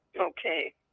Okay